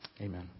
amen